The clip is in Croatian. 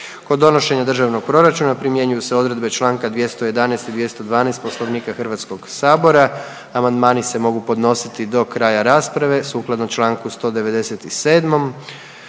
Kod donošenja Državnog proračuna primjenjuju se odredbe članka 211. i 212. Poslovnika Hrvatskog sabora. Amandmani se mogu podnositi do kraja rasprave. Sukladno članku 197.